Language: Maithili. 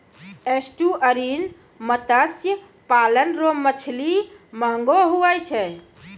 एस्टुअरिन मत्स्य पालन रो मछली महगो हुवै छै